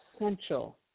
essential